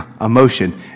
emotion